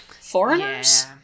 foreigners